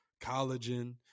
collagen